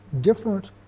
different